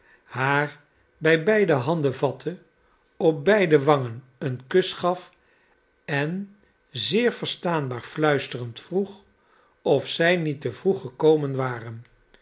haar bij beide handen vatte opbeide wangen een kus gaf en zeer verstaanbaar fluisterend vroeg of zij niet te vroeg gekomen war